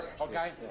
okay